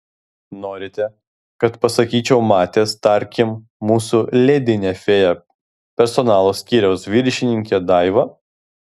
norite kad pasakyčiau matęs tarkim mūsų ledinę fėją personalo skyriaus viršininkę daivą